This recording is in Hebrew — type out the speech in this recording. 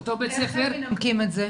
איך הם מנמקים את זה?